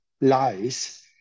lies